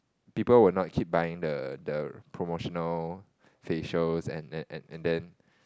people will not keep buying the the promotional facials and and then